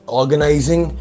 organizing